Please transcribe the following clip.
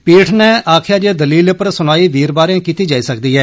पीठ नै आक्खेआ जे दलील पर सुनवाई वीरवारे कीती जाई सकदी ऐ